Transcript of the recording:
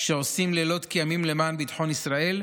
שעושים לילות כימים למען ביטחון ישראל,